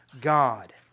God